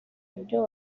ibyo